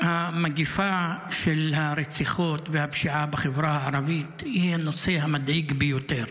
המגפה של הרציחות והפשיעה בחברה הערבית היא הנושא המדאיג ביותר.